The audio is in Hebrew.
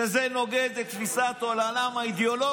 שזה נוגד את תפיסת עולמם האידיאולוגית,